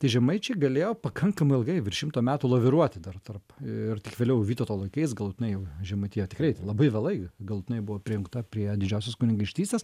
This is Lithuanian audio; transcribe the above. žemaičiai galėjo pakankamai ilgai virš šimto metų laviruoti dar tarp ir tik vėliau vytauto laikais galutinai jau žemaitija tikrai labai vėlai galutinai buvo prijungta prie didžiosios kunigaikštystės